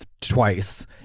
twice